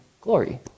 glory